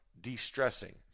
de-stressing